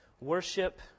worship